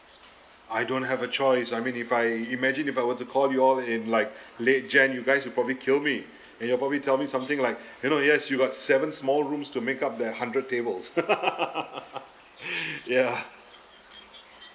I don't have a choice I mean if I imagine if I were to call you all in like late january you guys will probably kill me and you'll probably tell me something like you know yes you got seven small rooms to make up that hundred tables ya